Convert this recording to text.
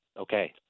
Okay